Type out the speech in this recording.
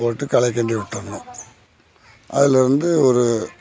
போட்டு களையை கிண்டி விட்டுருணும் அதிலேருந்து ஒரு